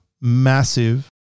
massive